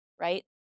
Right